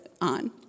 on